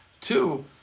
Two